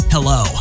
Hello